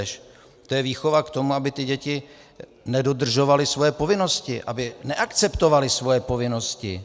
To je výchova k tomu, aby děti nedodržovaly svoje povinnosti, aby neakceptovaly svoje povinnosti.